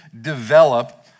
develop